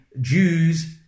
Jews